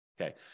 Okay